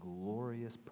glorious